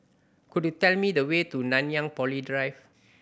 could you tell me the way to Nanyang Poly Drive